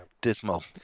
dismal